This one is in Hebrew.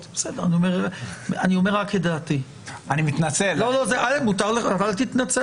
שהדוח לא אומר שטוב להשתמש או ממליץ להשתמש,